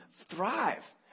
thrive